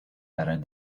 around